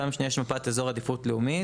בפעם השנייה יש תעדוף מפאת אזור עדיפות לאומית,